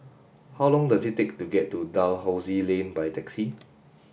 how long does it take to get to Dalhousie Lane by taxi